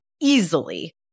easily